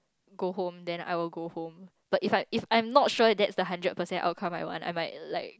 go home then I will go home but if I'm if I'm not sure that's the hundred percent outcome I want I might like